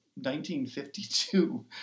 1952